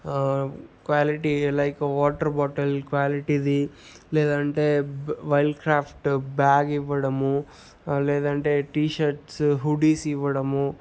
quality like water bottle క్వాలిటీది లేదంటే Wildcraft బ్యాగివ్వడము లేదంటే టీషర్ట్సు హుడీస్ ఇవ్వడము